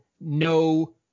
no